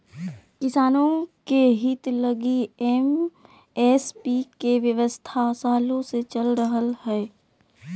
किसानों के हित लगी एम.एस.पी के व्यवस्था सालों से चल रह लय हें